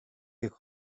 gijón